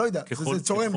לא יודע, זה צורם.